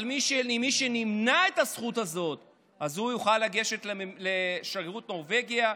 אבל מי שנמנעת ממנו הזכות הזאת יוכל לגשת לשגרירות נורבגיה,